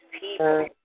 people